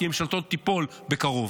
כי ממשלתו תיפול בקרוב.